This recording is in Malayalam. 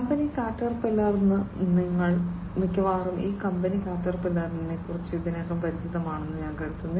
കമ്പനി കാറ്റർപില്ലർ നിങ്ങളിൽ മിക്കവർക്കും ഈ കമ്പനി കാറ്റർപില്ലറിനെ ഇതിനകം പരിചിതമാണെന്ന് ഞാൻ കരുതുന്നു